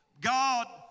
God